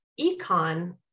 econ